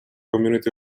community